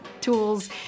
tools